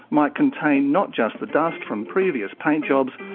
might contain not just the dust from previous paint jobs,